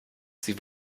sie